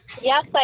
Yes